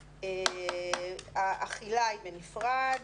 האכילה היא בנפרד,